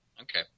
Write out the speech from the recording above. Okay